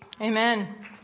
Amen